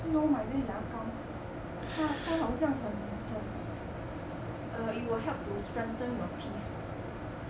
为什么我买那个牙膏它它好像很很 err it will help to strengthen your teeth